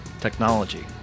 technology